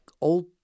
old